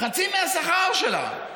חצי מהשכר שלה,